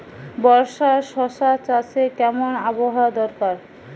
বর্ষার শশা চাষে কেমন আবহাওয়া দরকার?